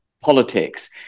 politics